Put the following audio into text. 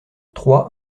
trois